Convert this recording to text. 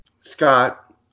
Scott